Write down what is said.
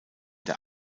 der